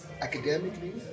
academically